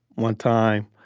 one time,